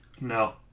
No